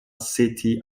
city